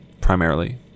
Primarily